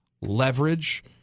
leverage